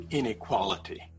inequality